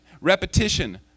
repetition